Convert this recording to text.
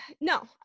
No